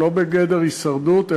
לא בגדר הישרדות,